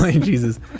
Jesus